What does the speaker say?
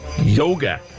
Yoga